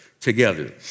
together